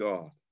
God